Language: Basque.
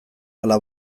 ala